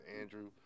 Andrew